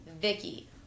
Vicky